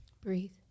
Breathe